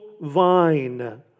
vine